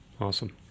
Awesome